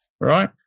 right